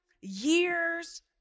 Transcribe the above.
years